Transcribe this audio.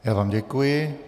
Já vám děkuji.